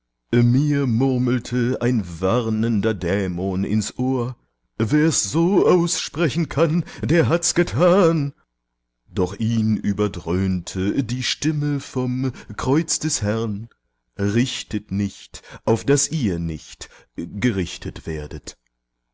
mir murmelte ein warnender dämon ins ohr wer's so aussprechen kann der hat's getan doch ihn überdröhnte die stimme vom kreuz des herrn richtet nicht auf daß ihr nicht gerichtet werdet